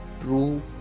true